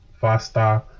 faster